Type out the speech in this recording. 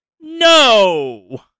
No